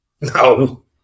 No